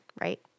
right